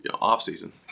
off-season